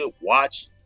watch